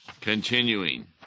continuing